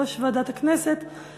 יושב-ראש ועדת הכנסת,